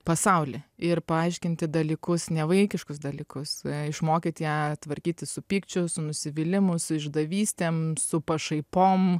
pasaulį ir paaiškinti dalykus nevaikiškus dalykus išmokyt ją tvarkytis su pykčiu su nusivylimu su išdavystėm su pašaipom